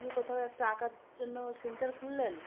আপনি কোথাও একটা আঁকার জন্য সেন্টার খুললেন